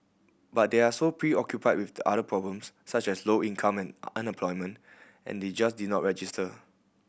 but they are so preoccupied with the other problems such as low income or unemployment and they just did not register